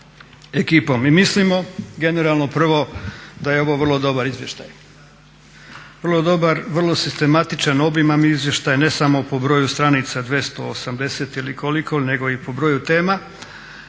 ekipom. I mislimo generalno prvo da je ovo vrlo dobar izvještaj, vrlo dobar, vrlo sistematičan, obiman izvještaj ne samo po broju stranica 280 ili koliko, nego i po broju tema